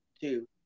two